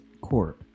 court